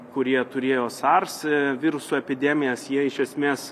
kurie turėjo sars viruso epidemijas jie iš esmės